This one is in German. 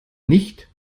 nicht